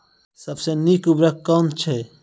सबसे नीक उर्वरक कून अछि?